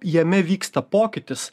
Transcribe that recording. jame vyksta pokytis